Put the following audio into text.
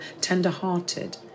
tender-hearted